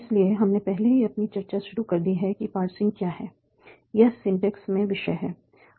इसलिए हमने पहले ही अपनी चर्चा शुरू कर दी है कि पार्सिंग क्या है यह सिंटैक्स में विषय है